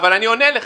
אבל אני עונה לך.